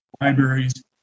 libraries